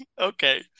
Okay